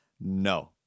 No